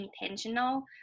intentional